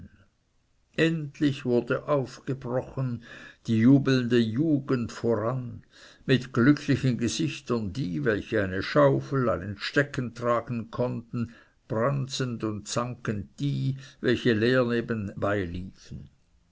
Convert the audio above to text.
endlich wurde aufgebrochen die jubelnde jugend voran mit glücklichen gesichtern die welche eine schaufel einen stecken tragen konnten branzend und zankend die welche leer